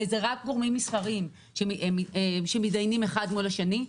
וזה רק גורמים מסחריים שמתדיינים אחד מול השני,